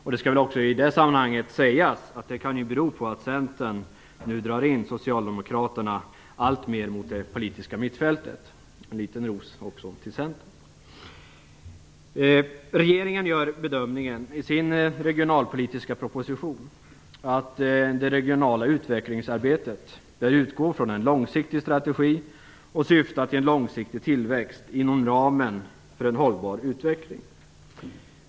I det sammanhanget skall också sägas att det kan bero på att Centern nu drar in Socialdemokraterna alltmer mot det politiska mittfältet; en liten ros också till Regeringen gör i sin regionalpolitiska proposition bedömningen att det regionala utvecklingsarbetet bör utgå från en långsiktig strategi och syfta till en långsiktig tillväxt inom ramen för en hållbar utveckling.